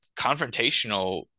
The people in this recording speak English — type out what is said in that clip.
confrontational